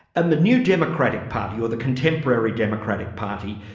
and the new democratic party, or the contemporary democratic party,